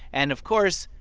and, of course,